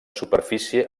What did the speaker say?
superfície